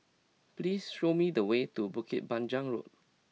please show me the way to Bukit Panjang Road